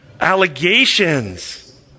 allegations